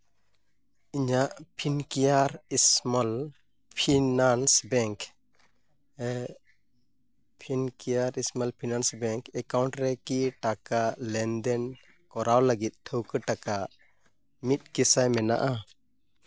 ᱤᱧᱟᱹᱜ Fincare small finance bank Fincare small finance bank account ᱨᱮᱠᱤ ᱴᱟᱠᱟ ᱞᱮᱱᱫᱮᱱ ᱠᱚᱨᱟᱣ ᱞᱟᱹᱜᱤᱫ ᱴᱷᱟᱹᱣᱠᱟᱹ ᱴᱟᱠᱟ ᱢᱤᱫ ᱠᱤᱥᱟᱹ ᱢᱮᱱᱟᱜᱼᱟ